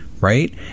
right